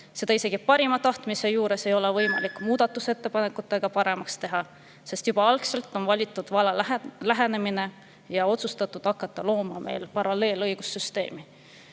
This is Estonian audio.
Isegi parima tahtmise juures ei ole võimalik seda muudatusettepanekutega paremaks teha, sest juba algselt on valitud vale lähenemine ja otsustatud hakata meil paralleelset õigussüsteemi